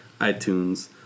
itunes